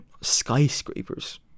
skyscrapers